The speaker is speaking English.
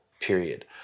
period